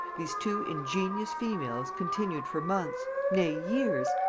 these two ingenious females continued for months, nay years,